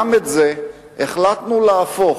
גם את זה החלטנו להפוך